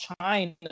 China